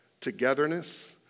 togetherness